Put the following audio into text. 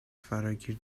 فراگیر